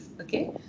okay